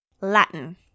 Latin